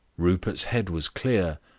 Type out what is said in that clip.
rupert's head was clear,